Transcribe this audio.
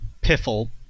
Piffle